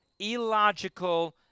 illogical